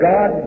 God